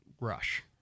Rush